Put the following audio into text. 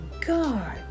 God